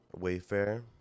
wayfair